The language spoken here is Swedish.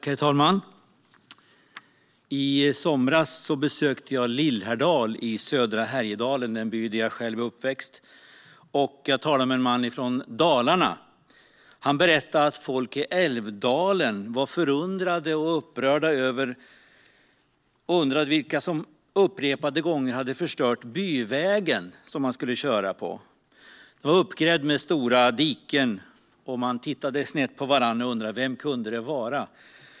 Herr talman! I somras besökte jag Lillhärdal i södra Härjedalen, en by där jag är uppväxt. Jag talade med en man från Dalarna som berättade att folk i Älvdalen var förundrade och upprörda. De undrade vilka som upp-repade gånger hade förstört byvägen som man skulle köra på. Den var uppgrävd med stora diken, och man tittade snett på varandra och undrade vem det kunde vara.